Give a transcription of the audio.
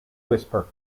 whisper